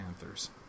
Panthers